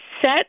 set